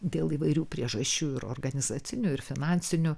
dėl įvairių priežasčių ir organizacinių ir finansinių